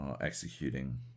executing